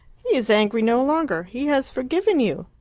he is angry no longer! he has forgiven you!